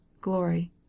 glory